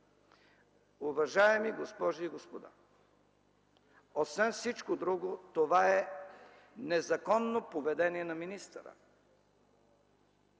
Уважаеми госпожи и господа, освен всичко друго, това е незаконно поведение на министъра,